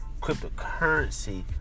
cryptocurrency